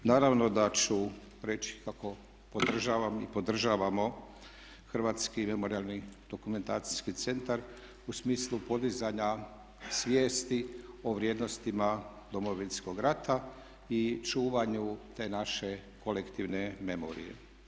Naravno da ću reći kako podržavam i podržavamo Hrvatski memorijalno-dokumentacijski centar u smislu podizanja svijesti o vrijednostima Domovinskog rata i čuvanju te naše kolektivne memorije.